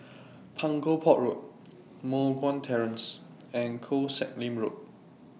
Punggol Port Road Moh Guan Terrace and Koh Sek Lim Road